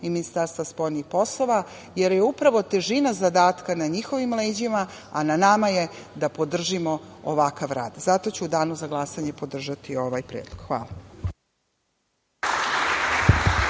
i Ministarstva spoljnih poslova, jer je upravo težina zadatka na njihovim leđima, a na nama je da podržimo ovakav rad. Zato ću u danu za glasanje podržati ovaj predlog. Hvala.